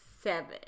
Seven